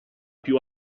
più